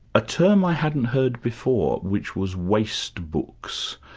a term i hadn't heard before, which was waste books.